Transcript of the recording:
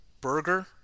burger